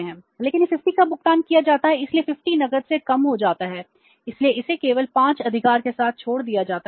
क्योंकि यह 50 का भुगतान किया जाता है इसलिए 50 नकद से कम हो जाता है इसलिए उसे केवल 5 अधिकार के साथ छोड़ दिया जाता है